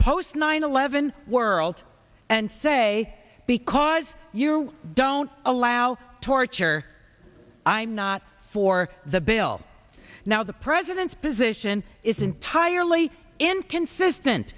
post nine eleven world and say because you don't allow torture i'm not for the bill now the president's position is entirely inconsistent